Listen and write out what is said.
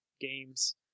games